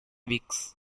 weeks